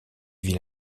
ville